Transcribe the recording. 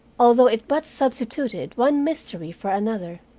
although it but substituted one mystery for another.